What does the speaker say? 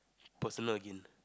personal again